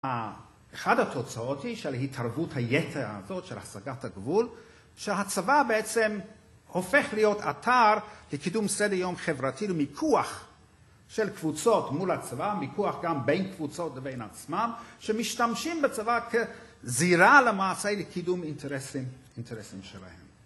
אחד התוצאות היא של התערבות היתר הזאת, של השגת הגבול, שהצבא בעצם הופך להיות אתר לקידום סדר יום חברתי למיקוח של קבוצות מול הצבא, מיקוח גם בין קבוצות ובין עצמם, שמשתמשים בצבא כזירה למעשה לקידום אינטרסים שלהם.